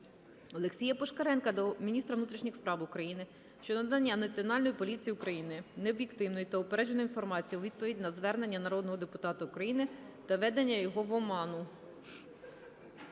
Арсенія Пушкаренка до міністра внутрішніх справ України щодо надання Національною поліцією України необ'єктивної та упередженої інформації у відповідь на звернення народного депутата України та введення його в оману.